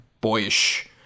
boyish